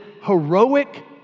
heroic